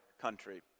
country